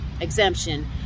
exemption